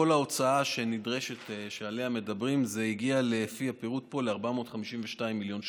כל ההוצאה שנדרשת ועליה מדברים הגיעה לפי הפירוט פה ל-452 מיליון שקלים,